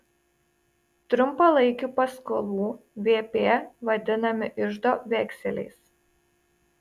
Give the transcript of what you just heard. trumpalaikių paskolų vp vadinami iždo vekseliais